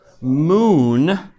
Moon